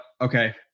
okay